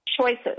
Choices